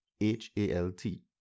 H-A-L-T